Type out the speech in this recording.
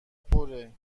پره